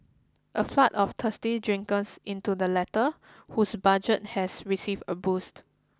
a flood of thirsty drinkers into the latter whose budget has received a boost